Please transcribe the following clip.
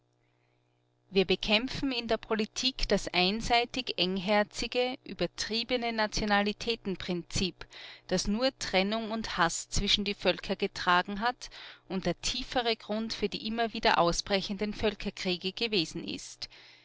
wir bekämpfen in der politik das einseitig-engherzige übertriebene nationalitätenprinzip das nur trennung und haß zwischen die völker getragen hat und der tiefere grund für die immer wieder ausbrechenden völkerkriege gewesen ist